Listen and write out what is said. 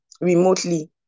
remotely